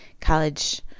college